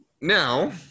Now